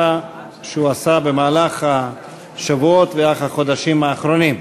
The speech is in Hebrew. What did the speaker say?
שהוא עשה במהלך השבועות והחודשים האחרונים.